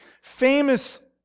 famous